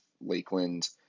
Lakeland